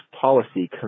policy